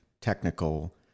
technical